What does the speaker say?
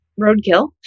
roadkill